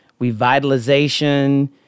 revitalization